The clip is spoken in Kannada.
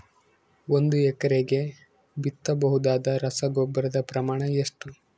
ಒಂದು ಎಕರೆಗೆ ಬಿತ್ತಬಹುದಾದ ರಸಗೊಬ್ಬರದ ಪ್ರಮಾಣ ಎಷ್ಟು?